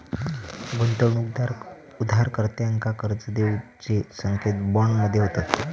गुंतवणूकदार उधारकर्त्यांका कर्ज देऊचे संकेत बॉन्ड मध्ये होतत